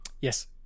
yes